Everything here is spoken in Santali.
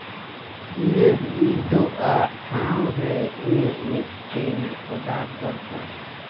ᱤᱧᱟᱹᱜ ᱱᱤᱛᱳᱜ ᱟᱜ ᱴᱷᱟᱶ ᱨᱮ ᱤᱧᱟᱹᱜ ᱢᱤᱫᱴᱤᱱ ᱚᱰᱟᱨ ᱫᱚᱨᱠᱟᱨ